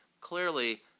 clearly